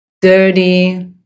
dirty